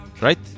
right